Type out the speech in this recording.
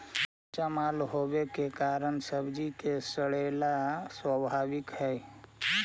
कच्चा माल होवे के कारण सब्जि के सड़ेला स्वाभाविक हइ